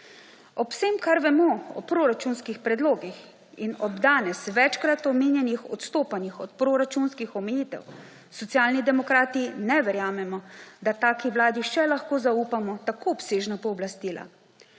Ob vsem, kar vemo o proračunskih predlogih, in ob danes večkrat omenjenih odstopanjih od proračunskih omejitev Socialni demokrati ne verjamemo, da taki vladi še lahko zaupamo tako obsežna pooblastila,